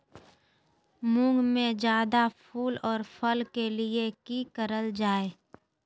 मुंग में जायदा फूल और फल के लिए की करल जाय?